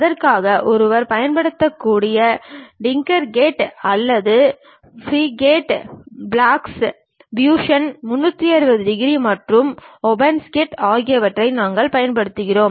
அதற்காக ஒருவர் பயன்படுத்தக்கூடிய டிங்கர்கேட் அல்லது FreeCAD blocks Fusion 360 degree மற்றும் ஓபன்ஸ்கேட் ஆகியவற்றை நாங்கள் வகைப்படுத்துகிறோம்